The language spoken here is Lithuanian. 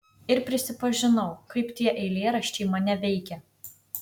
ir prisipažinau kaip tie eilėraščiai mane veikia